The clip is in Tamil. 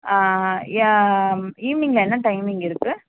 ஆ ஆ ஈவினிங்கில் என்ன டைமிங் இருக்குது